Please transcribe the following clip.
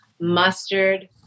mustard